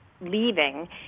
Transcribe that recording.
leaving